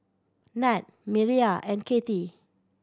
Nat Mireya and Kathey